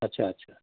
अच्छा अच्छा